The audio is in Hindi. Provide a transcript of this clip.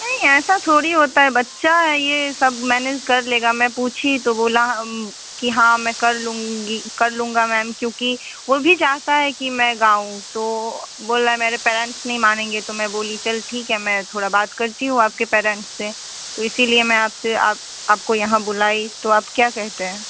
नहीं ऐसा थोड़ी होता है बच्चा है यह सब मैनेज कर लेगा मैं पूछी तो बोला कि हाँ मैं कर लूँगी कर लूँगा मैम क्योंकि वह भी चाहता है कि मैं गाऊँ तो बोल रहा है मेरे पेरेंट्स नहीं मानेंगे तो मैं बोली चल ठीक है मैं थोड़ा बात करती हूँ आपके पेरेंट्स से तो इसी लिए मैं आप से आप आपको यहाँ बुलाई तो आप क्या कहते हैं